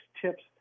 tips